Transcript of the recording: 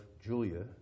Julia